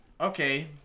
Okay